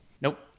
Nope